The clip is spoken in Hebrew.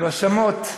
הרשמות,